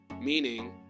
meaning